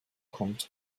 kommt